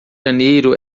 janeiro